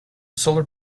solar